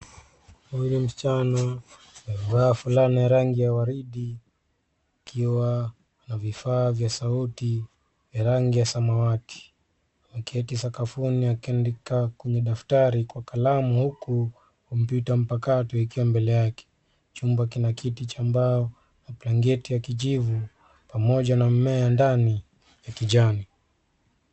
Huyu ni msichana. Amevaa fulana ya rangi ya waridi akiwa na vifaa vya sauti ya rangi ya samawati. Ameketi sakafuni akiandikwa kwenye daftari kwa kalamu huku kompyuta mpakato ikiwa mbele yake. Chumba kina kiti cha mbao na blanketi ya kijivu pamoja na mmea ya ndani ya kijani.